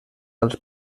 als